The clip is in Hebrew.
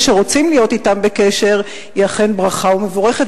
שרוצים להיות אתם בקשר היא אכן ברכה ומבורכת,